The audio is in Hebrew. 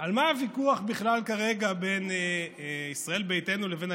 על מה הוויכוח בכלל כרגע בין ישראל ביתנו לבין הליכוד: